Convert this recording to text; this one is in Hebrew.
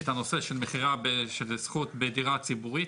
את הנושא של זכות בדירה ציבורית,